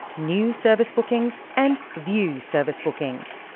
new service bookings and view service bookings.